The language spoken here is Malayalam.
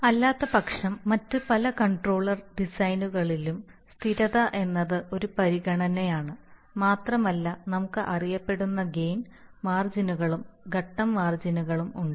അല്ലാത്തപക്ഷം മറ്റ് പല കൺട്രോളർ ഡിസൈനുകളിലും സ്ഥിരത എന്നത് ഒരു പരിഗണനയാണ് മാത്രമല്ല നമുക്ക് അറിയപ്പെടുന്ന ഗെയിൻ മാർജിനുകളും ഘട്ടം മാർജിനുകളും ഉണ്ട്